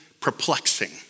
perplexing